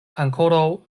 ankoraŭ